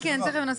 למה לא?